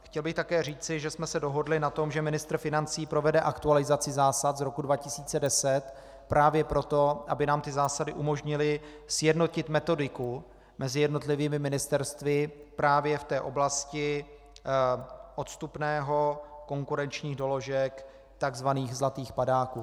Chtěl bych také říci, že jsme se dohodli na tom, že ministr financí provede aktualizaci zásad z roku 2010 právě proto, aby nám zásady umožnily sjednotit metodiku mezi jednotlivými ministerstvy právě v oblasti odstupného, konkurenčních doložek, takzvaných zlatých padáků.